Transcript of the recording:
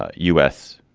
ah u s.